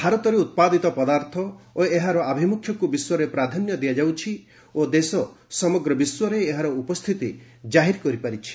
ଭାରତରେ ଉତ୍ପାଦିତ ପଦାର୍ଥ ଓ ଭାରତର ଆଭିମୁଖ୍ୟକୁ ବିଶ୍ୱରେ ପ୍ରାଧାନ୍ୟ ଦିଆଯାଉଛି ଓ ଦେଶ ସମଗ୍ର ବିଶ୍ୱରେ ଏହାର ଉପସ୍ଥିତି କାହିର କରିପାରିଛି